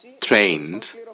trained